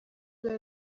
biba